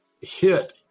hit